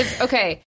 Okay